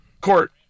Court